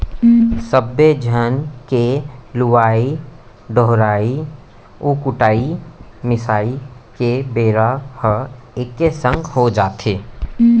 सब्बे झन के लुवई डोहराई अउ कुटई मिसाई के बेरा ह एके संग हो जाथे